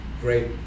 great